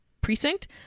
precinct